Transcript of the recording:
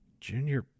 Junior